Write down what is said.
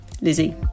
Lizzie